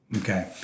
okay